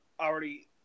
already